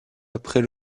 après